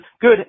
good